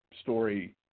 story